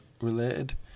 related